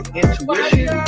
intuition